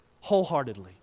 wholeheartedly